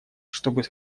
чтобы